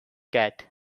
cat